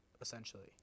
essentially